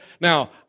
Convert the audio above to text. Now